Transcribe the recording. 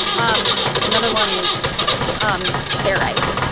um another one is um barite,